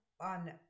on